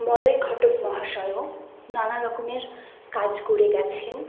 মলয় ঘটক মহাশয়ও নানারকমের কাজ করে গেছেন